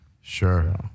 sure